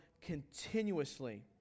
continuously